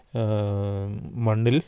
മണ്ണിൽ